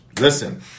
Listen